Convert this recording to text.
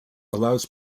allows